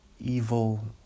evil